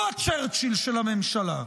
הוא הצ'רצ'יל של הממשלה.